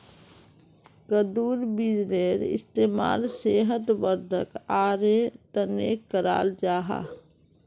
कद्दुर बीजेर इस्तेमाल सेहत वर्धक आहारेर तने कराल जाहा